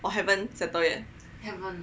or haven't settled yet